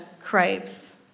craves